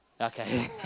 Okay